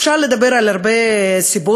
אפשר לדבר על הרבה סיבות,